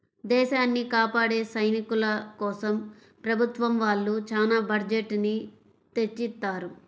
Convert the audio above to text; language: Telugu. దేశాన్ని కాపాడే సైనికుల కోసం ప్రభుత్వం వాళ్ళు చానా బడ్జెట్ ని తెచ్చిత్తారు